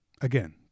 again